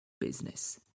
business